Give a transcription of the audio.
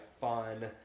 fun